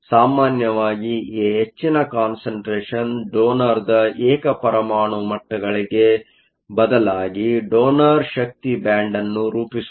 ಸಾಮಾನ್ಯವಾಗಿ ಈ ಹೆಚ್ಚಿನ ಕಾನ್ಸಂಟ್ರೇಷನ್Concentration ಡೋನರ್ದ ಏಕ ಪರಮಾಣು ಮಟ್ಟಗಳಿಗೆ ಬದಲಾಗಿ ಡೋನರ್ ಶಕ್ತಿ ಬ್ಯಾಂಡ್ ಅನ್ನು ರೂಪಿಸುತ್ತದೆ